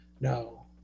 no